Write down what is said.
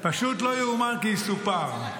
פשוט לא יאומן כי יסופר.